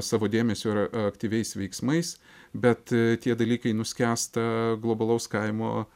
savo dėmesiu ar aktyviais veiksmais bet tie dalykai nuskęsta globalaus kaimo